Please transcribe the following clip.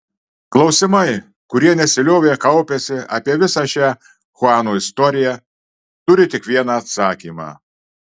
klausimai kurie nesiliovė kaupęsi apie visą šią chuano istoriją turi tik vieną atsakymą